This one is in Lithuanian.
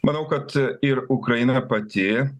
manau kad ir ukraina pati